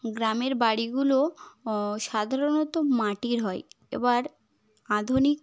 গ্রামের বাড়িগুলো সাধারণত মাটির হয় এবার আধুনিক